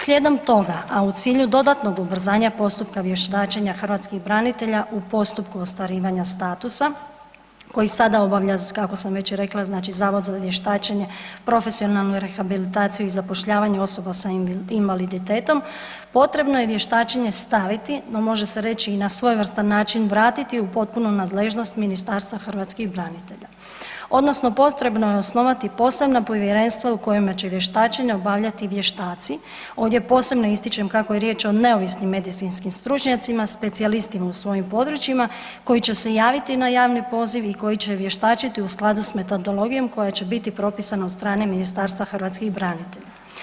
Slijedom toga a u cilju dodatnog ubrzanja postupka vještačenja hrvatskih branitelja u postupku ostvarivanja statusa koji sada obavlja kako sam već rekla, znači Zavod za vještačenje, profesionalnu rehabilitaciju i zapošljavanje osoba sa invaliditetom, potrebno je vještačenje staviti no može se reći i na svojevrstan način vratiti u potpunu nadležnost Ministarstva hrvatskih branitelja odnosno potrebno je osnovati posebna povjerenstva u kojima će vještačenje obavljati vještaci, ovdje posebno ističem kako je riječ o neovisnim medicinskim stručnjacima, specijalistima u svojim područjima koji će se javiti na javni poziv i koji će vještačiti u skladu sa metodologijom koja će biti propisana od strane Ministarstva hrvatskih branitelja.